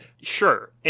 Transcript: Sure